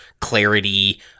clarity